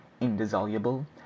indissoluble